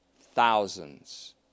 thousands